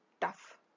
tough